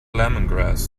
lemongrass